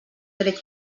tret